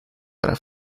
para